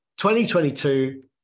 2022